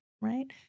right